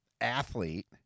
athlete